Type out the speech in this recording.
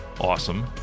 Awesome